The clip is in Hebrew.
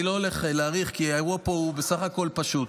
אני לא הולך להאריך, כי האירוע פה בסך הכול פשוט.